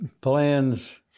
plans